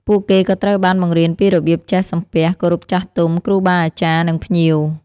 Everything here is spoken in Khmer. ពួកគេក៏ត្រូវបានបង្រៀនពីរបៀបចេះ សំពះ គោរពចាស់ទុំ គ្រូបាអាចារ្យ និងភ្ញៀវ។